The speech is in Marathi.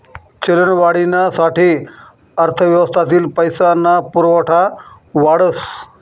चलनवाढीना साठे अर्थव्यवस्थातील पैसा ना पुरवठा वाढस